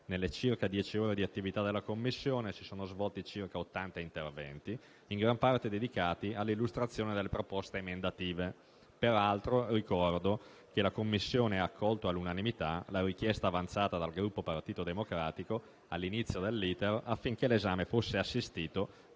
Nelle circa dieci ore di attività della Commissione si sono svolti circa 80 interventi, in gran parte dedicati alle illustrazioni delle proposte emendative. Peraltro, ricordo che la Commissione ha accolto all'unanimità la richiesta avanzata dal Gruppo Partito Democratico all'inizio dell'*iter* affinché l'esame fosse assistito